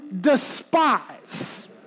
despise